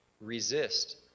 Resist